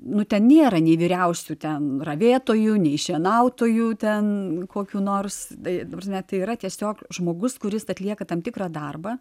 nu ten nėra nei vyriausių ten ravėtojų nei šienautojų ten kokių nors ta prasme tai yra tiesiog žmogus kuris atlieka tam tikrą darbą